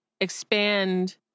expand